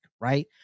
right